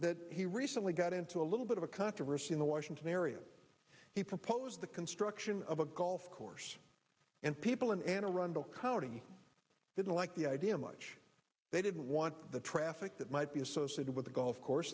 that he recently got into a little bit of a controversy in the washington area he proposed the construction of a golf course and people in and around the county didn't like the idea much they didn't want the traffic that might be associated with the golf course